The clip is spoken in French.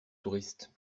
touriste